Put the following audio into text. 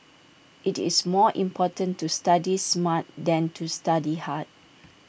IT is more important to study smart than to study hard